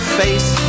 face